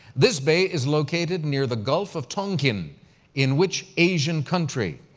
this bay is located near the gulf of tonkin in which asian country?